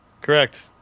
Correct